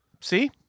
See